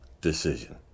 decision